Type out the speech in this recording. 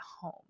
home